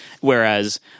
Whereas